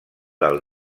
del